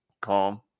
calm